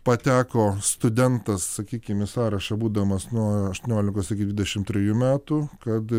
pateko studentas sakykim į sąrašą būdamas nuo aštuoniolikos iki dvidešimt trijų metų kad